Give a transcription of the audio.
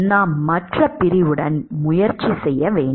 நாம் மற்ற பிரிவுடன் முயற்சி செய்ய வேண்டும்